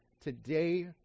today